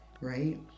Right